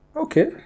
okay